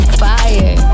fire